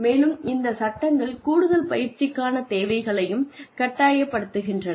மேலும் இந்த சட்டங்கள் கூடுதல் பயிற்சிக்கான தேவைகளையும் கட்டாயப்படுத்துகின்றன